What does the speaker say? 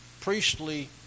priestly